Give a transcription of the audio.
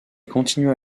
continua